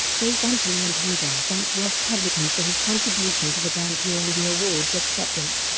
both anthony and hagar thanked roth publicly for his contribution to the band during the awards acceptance.